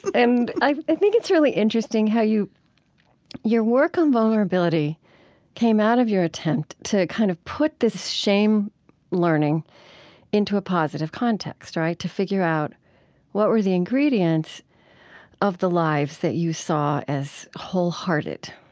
and i think it's really interesting how your work on vulnerability came out of your attempt to kind of put this shame learning into a positive context, right? to figure out what were the ingredients of the lives that you saw as wholehearted.